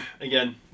again